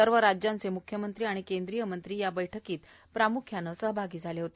सर्व राज्यांचे मुख्यमंत्री आणि केंद्रीय मंत्री या बैठकीत प्रामुख्याने सहभागी झाले होते